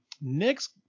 next